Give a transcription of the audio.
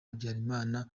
habyarimana